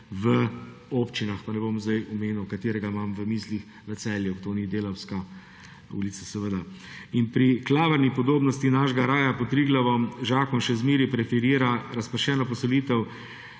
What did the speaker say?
v občinah, pa ne bom zdaj omenil, katerega imam v mislih v Celju, to ni Delavska ulica, seveda. Pri klavrni podobi našega raja pod Triglavom zakon še zmeraj preferira razpršeno poselitev.